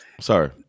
Sorry